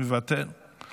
מוותר;